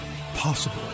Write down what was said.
possible